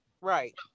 Right